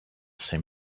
same